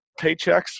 paychecks